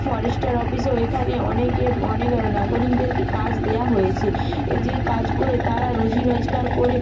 forest অফিসেও এখানে অনেকে অনেক নাগরিকদেরকে কাজ দেয়া হয়েছে এই যে কাজ করে তারা রুজি রোজগার করে